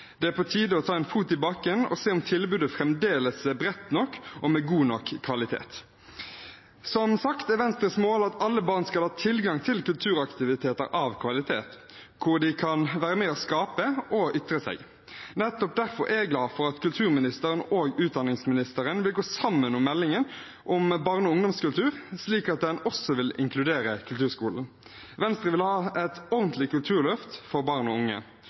Det er på tide å ta en fot i bakken og se om tilbudet fremdeles er bredt nok og med god nok kvalitet. Som sagt er Venstres mål at alle barn skal ha tilgang til kulturaktiviteter av kvalitet, hvor de kan være med på å skape og ytre seg. Nettopp derfor er jeg glad for at kulturministeren og utdanningsministeren vil gå sammen om meldingen om barne- og ungdomskultur, slik at den også vil inkludere kulturskolen. Venstre vil ha et ordentlig kulturløft for barn og unge.